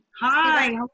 Hi